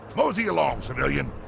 mosey along civilian